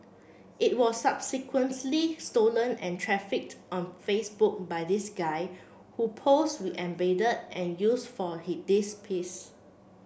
it was stolen and trafficked on Facebook by this guy who posts we embedded and use for this piece